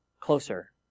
closer